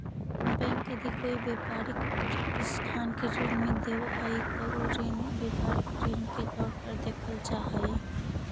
bank यदि कोई व्यापारिक प्रतिष्ठान के ऋण देवऽ हइ त उ ऋण व्यापारिक ऋण के तौर पर देखल जा हइ